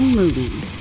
movies